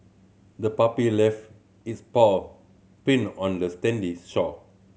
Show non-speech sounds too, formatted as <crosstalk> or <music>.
the puppy left its paw print on the <unintelligible> shore